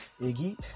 Iggy